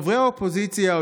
חברי האופוזיציה,